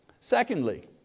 Secondly